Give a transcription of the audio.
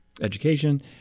education